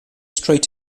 trait